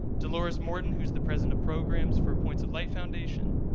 delores morton, who is the president of programs for points of light foundation.